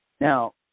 now